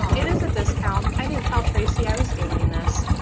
it is a discount. i didn't tell tracey i was doing this.